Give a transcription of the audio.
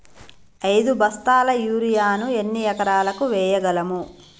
ఐదు బస్తాల యూరియా ను ఎన్ని ఎకరాలకు వేయగలము?